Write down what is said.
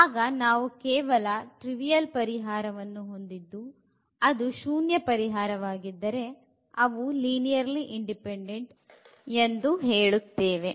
ಆಗ ನಾವು ಕೇವಲ ಟ್ರಿವಿಯಲ್ ಪರಿಹಾರವನ್ನು ಹೊಂದಿದ್ದು ಅದು ಶೂನ್ಯ ಪರಿಹಾರವಾಗಿದ್ದಾರೆ ಅವು ರೇಖೀಯವಾಗಿ ಸ್ವತಂತ್ರ ಎಂದು ಹೇಳುತ್ತೇವೆ